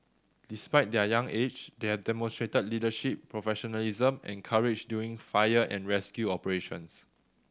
despite their young age they have demonstrated leadership professionalism and courage during fire and rescue operations